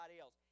else